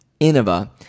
Innova